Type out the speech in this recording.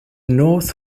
north